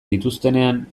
dituztenean